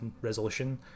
resolution